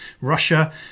Russia